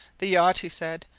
the yacht, he said,